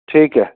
ٹھیک ہے